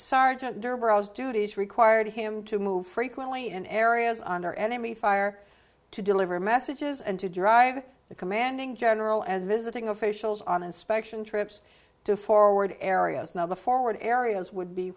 duties required him to move frequently in areas under enemy fire to deliver messages and to drive the commanding general and visiting officials on inspection trips to forward areas now the forward areas would be